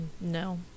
No